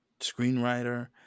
screenwriter